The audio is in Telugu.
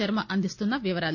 శర్మ అందిస్తున్స వివరాలు